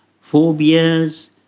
phobias